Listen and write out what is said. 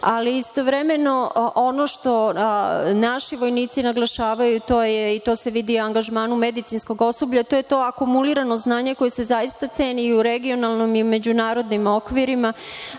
istovremeno ono što naši vojnici naglašavaju to je, i to se vidi angažmanom medicinskog osoblja, to je to akumulirano znanje koje se zaista ceni i u regionalnom i međunarodnim okvirima,